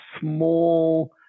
small